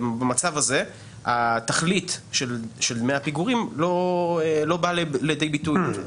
במצב הזה התכלית של דמי הפיגורים לא באה לידי ביטוי.